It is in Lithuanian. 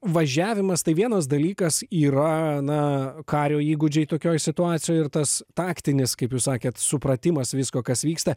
važiavimas tai vienas dalykas yra na kario įgūdžiai tokioj situacijoj ir tas taktinis kaip jūs sakėt supratimas visko kas vyksta